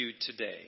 today